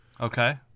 Okay